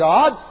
God